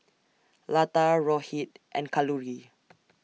Lata Rohit and Kalluri